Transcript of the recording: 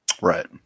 right